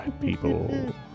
people